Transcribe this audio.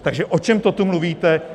Takže o čem to tu mluvíte?